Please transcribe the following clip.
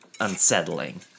unsettling